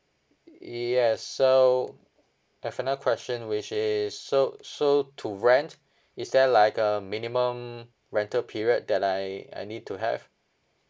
yes so I have another question which is so so to rent is there like a minimum rental period that I I need to have